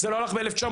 זה לא הלך ב-1948,